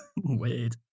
Weird